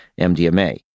MDMA